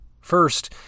First